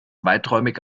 weiträumig